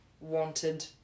wanted